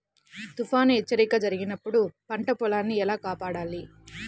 తుఫాను హెచ్చరిక జరిపినప్పుడు పంట పొలాన్ని ఎలా కాపాడాలి?